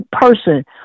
person